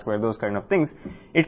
మనకు ఫీల్డ్ చుట్టూ charge q4πr2 ఉంది